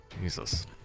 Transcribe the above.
Jesus